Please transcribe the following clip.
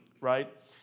right